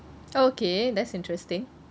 oh okay that's interesting